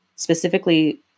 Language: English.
Specifically